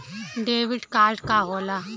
Debit card का होला?